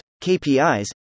KPIs